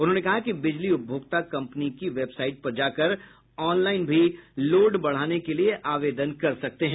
उन्होंने कहा कि बिजली उपभोक्ता कम्पनी की वेबसाईट पर जाकर ऑनलाईन भी लोड बढ़ाने के लिये आवेदन कर सकते हैं